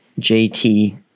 JT